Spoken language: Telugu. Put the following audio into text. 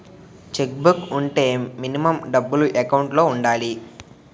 చెక్ బుక్ వుంటే మినిమం డబ్బులు ఎకౌంట్ లో ఉండాలి?